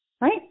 right